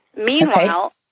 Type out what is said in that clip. Meanwhile